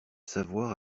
savoir